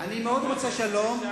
אני מאוד רוצה שלום,